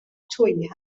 تویی